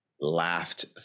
laughed